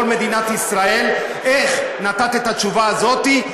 מדינת ישראל איך נתת את התשובה הזאת,